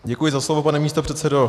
Děkuji za slovo, pane místopředsedo.